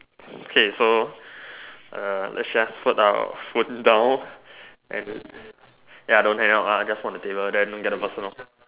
okay so uh let's just put our phone down and ya don't hang up ah just put on the table then go get the person lor